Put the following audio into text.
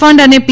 fund અને પી